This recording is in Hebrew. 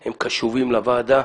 הם קשובים לוועדה,